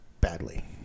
Badly